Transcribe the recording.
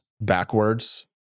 backwards